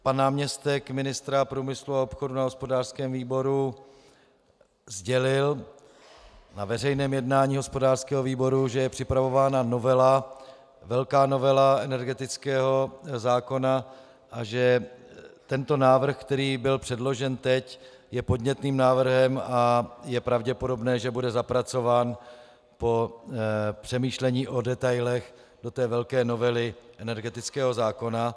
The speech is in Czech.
Pan náměstek ministra průmyslu a obchodu na hospodářském výboru sdělil, na veřejném jednání hospodářského výboru, že je připravována velká novela energetického zákona a že tento návrh, který byl teď předložen, je podnětným návrhem a je pravděpodobné, že bude zapracován po přemýšlení o detailech do té velké novely energetického zákona.